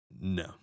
No